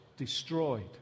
destroyed